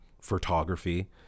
photography